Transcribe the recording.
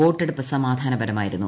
വോട്ടെടുപ്പ് സമാധാനപരമായിരുന്നു